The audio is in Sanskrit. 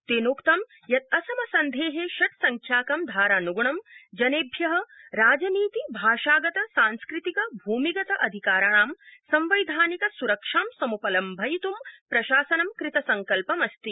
तेनोक्तं यत् असमसन्धे ष्रिंख्याकं धारानुग्णं जनेभ्य राजनीति भाषागत सांस्कृतिक भूमिगत अधिकाराणां संवैधानिक सुरक्षां समुपलम्भयित्ं प्रशासनं कृत संकल्पमस्ति